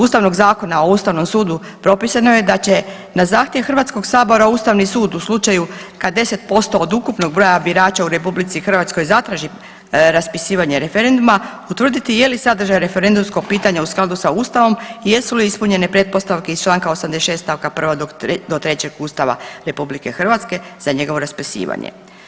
Ustavnog zakona o Ustavnom sudu propisano je da će na zahtjev HS Ustavni sud u slučaju kad 10% od ukupnog broja birača u RH zatraži raspisivanje referenduma utvrditi je li sadržaj referendumskog pitanja u skladu sa Ustavom i jesu li ispunjene pretpostavke iz čl. 86. st. 1. do 3. Ustava RH za njegovo raspisivanje.